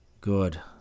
Good